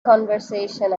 conversation